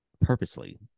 purposely